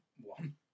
one